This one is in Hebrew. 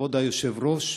כבוד היושב-ראש,